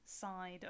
side